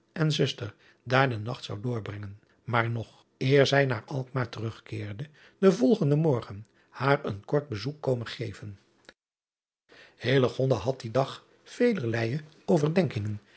en zuster daar den nacht zou doorbrengen maar nog eer zij naar lkmaar terugkeerde den volgenden morgen haar een kort bezoek komen geven had dien dag velerleije overdenkingen